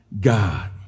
God